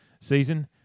season